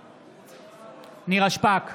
נגד נירה שפק,